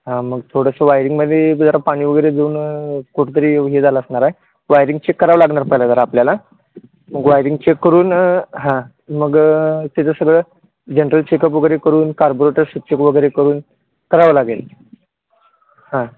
हां मग थोडंसं वायरिंगमध्ये जरा पाणी वगैरे जाऊन कुठंतरी हे झालं असणार आहे वायरिंग चेक करावं लागनार पहिल्या जरा आपल्याला मग वायरिंग चेक करून हां मग त्याचं सगळं जनरल चेकअप वगैरे करून कार्बोरेटर चेक वगैरे करून करावं लागेल हां